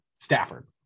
Stafford